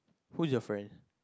who is your friend